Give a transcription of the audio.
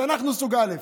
אנחנו סוג א'.